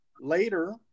Later